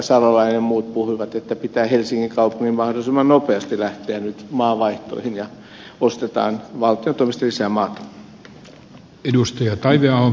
salolainen ja muut puhuivat että helsingin kaupungin pitää nyt mahdollisimman nopeasti lähteä maanvaihtoihin ja ostetaan valtion toimesta lisää maata